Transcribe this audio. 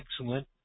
excellent